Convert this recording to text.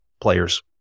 players